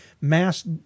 Mass